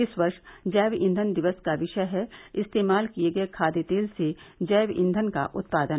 इस वर्ष जैव ईंधन दिवस का विषय है इस्तेमाल किये गये खाद्य तेल से जैव ईंधन का उत्पादन